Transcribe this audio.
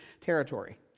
territory